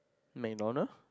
MacDonald